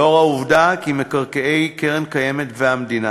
לאור העובדה שמקרקעי הקרן הקיימת והמדינה